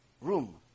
Room